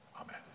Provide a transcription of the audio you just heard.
Amen